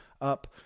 up